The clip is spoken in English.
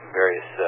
various